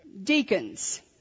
Deacons